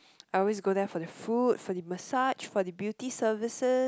I always go there for the food for the massage for the beauty services